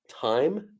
time